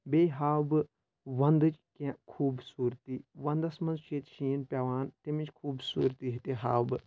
بیٚیہِ ہاو بہٕ وَندٕچ کینٛہہ خوٗبصوٗرتی وَنٛدَس منٛز چھِ ییٚتہِ شیٖن پیٚوان تیٚمِچ خوٗبصوٗرتی ہاو بہٕ